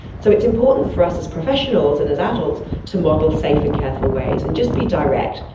so it's important for us as professionals and as adults to model safe and careful ways and just be direct,